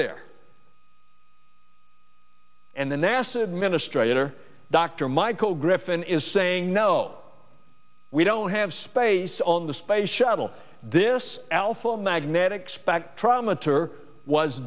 there and the nasa administrator dr michael griffin is saying no we don't have space on the space shuttle this alpha magnetic spectrometer was